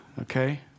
okay